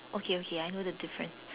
okay okay I know the difference